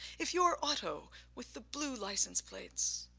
if your auto with the blue license plates,